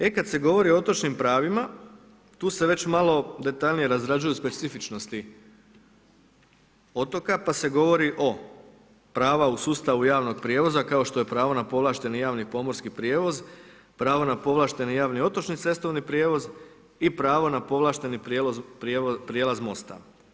E kad se govori o otočnim pravima, tu se već malo detaljnije razrađuju specifičnosti otoka pa se govori o prava u sustavu javnog prijevoza, kao što je pravo na povlašteni javni pomorski prijevoz, pravo na povlašteni javni otočni cestovni prijevoz i pravo na povlašteni prijelaz mosta.